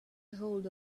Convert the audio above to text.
ahold